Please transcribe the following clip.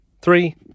Three